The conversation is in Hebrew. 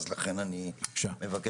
לכן אני מבקש